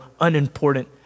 unimportant